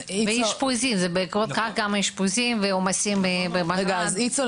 ובעקבות כך גם אשפוזים ועומסים ב --- איצו,